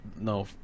no